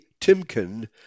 Timken